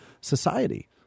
society